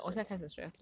所以现在很 stress ah